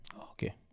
Okay